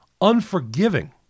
Unforgiving